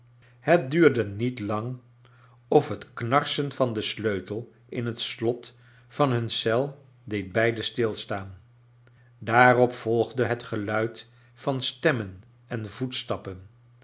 het duurde niet lang of het knarsen van den sleutel in het slot van hun eel deed beiden stilstaan daarop volgde het geluid van stemmen en voetstappen